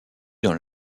dans